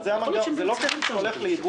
זה לא כסף שהולך לאיבוד.